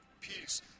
peace